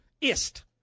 ist